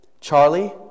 Charlie